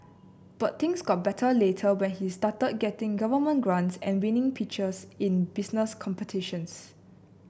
but things got better later when he started getting government grants and winning pitches in business competitions